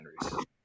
Henry's